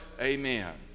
Amen